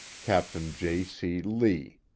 captain j. c. lea.